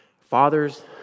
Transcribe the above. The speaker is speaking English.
Fathers